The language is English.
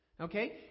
okay